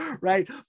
right